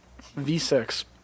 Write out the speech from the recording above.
V6